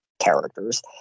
characters